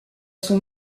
son